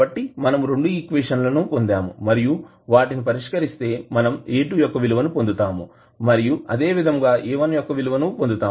కాబట్టి మనము రెండు ఈక్వేషన్ లును పొందాము మరియు వాటిని పరిష్కరిస్తే మనం A2 యొక్క విలువని పొందుతాము మరియు అదేవిధంగా A1 యొక్క విలువ ను పొందాము